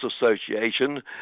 Association